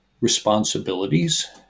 responsibilities